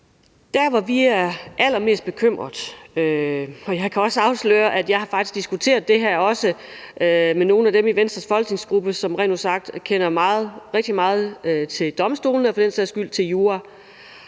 21:27 Anni Matthiesen (V): Jeg kan afsløre, at jeg faktisk også har diskuteret det her med nogle af dem i Venstres folketingsgruppe, som rent ud sagt kender rigtig meget til domstolene og for den sags skyld til jura.